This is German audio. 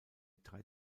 drei